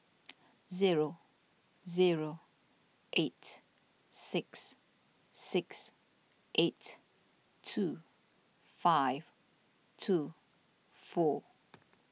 zero zero eight six six eight two five two four